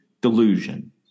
delusion